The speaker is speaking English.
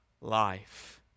life